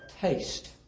taste